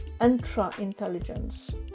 intra-intelligence